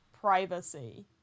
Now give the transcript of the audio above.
privacy